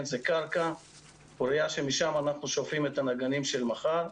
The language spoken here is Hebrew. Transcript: זה קרקע פורייה שמשם אנחנו שולפים את הנגנים של מחר.